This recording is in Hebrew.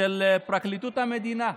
של פרקליטות המדינה.